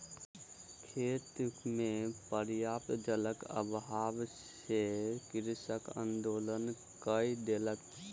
खेत मे पर्याप्त जलक अभाव सॅ कृषक आंदोलन कय देलक